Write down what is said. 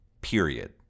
period